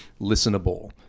listenable